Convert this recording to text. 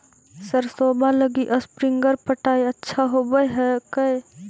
सरसोबा लगी स्प्रिंगर पटाय अच्छा होबै हकैय?